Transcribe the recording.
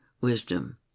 wisdom